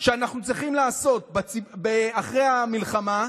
שאנחנו צריכים לעשות אחרי המלחמה,